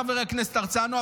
חבר הכנסת הרצנו,